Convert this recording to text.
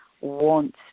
wants